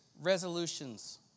resolutions